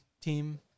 team